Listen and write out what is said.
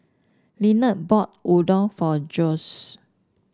Linette bought Udon for Josue